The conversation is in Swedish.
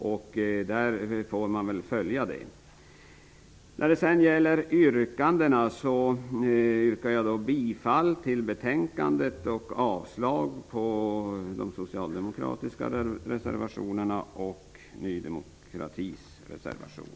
Man får väl följa utvecklingen. Jag yrkar bifall till utskottets hemställan och avslag på de socialdemokratiska reservationerna och Ny demokratis reservation.